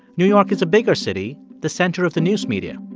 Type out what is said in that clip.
new york is a bigger city, the center of the news media.